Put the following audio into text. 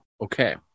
Okay